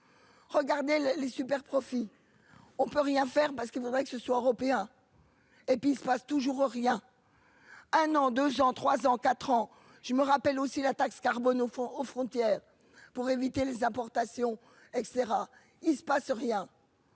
Regardez les les super profits. On peut rien faire parce qu'il faudrait que ce soit européen. Et puis il se passe toujours rien. Un an 2 ans 3 ans 4 ans je me rappelle aussi la taxe carbone au fond aux frontières pour éviter les importations etc. Il se passe rien.